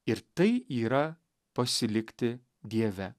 ir tai yra pasilikti dieve